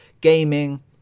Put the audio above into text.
gaming